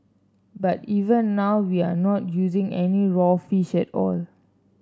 but even now we are not using any raw fish at all